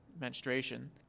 menstruation